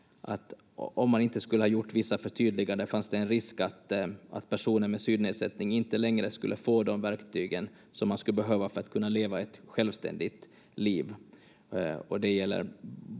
om man inte skulle ha gjort vissa förtydliganden fanns det en risk att personer med synnedsättning inte längre skulle få de verktyg som man skulle behöva för att kunna leva ett självständigt liv. Det gäller